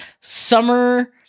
summer